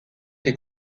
des